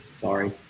Sorry